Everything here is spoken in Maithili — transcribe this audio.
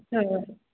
हँ